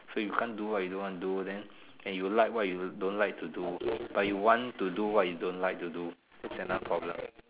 so you can't do what you don't want to do then and you like what you don't like to do but you want to do what you don't like to do that's another problem